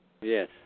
Yes